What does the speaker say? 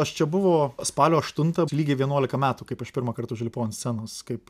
aš čia buvo spalio aštuntą lygiai vienuolika metų kaip aš pirmąkart užlipau ant scenos kaip